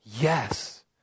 yes